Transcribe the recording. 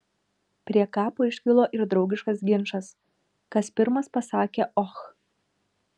prie kapo iškilo ir draugiškas ginčas kas pirmas pasakė och